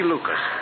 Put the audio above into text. Lucas